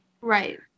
Right